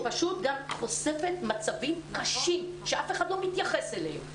פשוט חושפת מצבים קשים שאף אחד לא מתייחס אליהם.